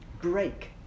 break